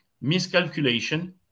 miscalculation